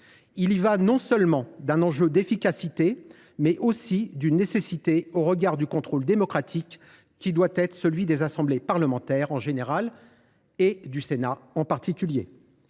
C’est non seulement un enjeu d’efficacité, mais également une nécessité au regard du contrôle démocratique que doivent exercer les assemblées parlementaires en général et le Sénat en particulier.